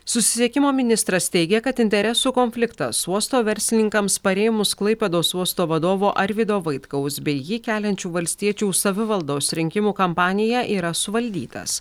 susisiekimo ministras teigia kad interesų konfliktas su uosto verslininkams parėmus klaipėdos uosto vadovo arvydo vaitkaus bei jį keliančių valstiečių savivaldos rinkimų kampaniją yra suvaldytas